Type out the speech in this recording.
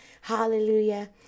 Hallelujah